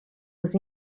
was